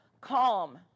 calm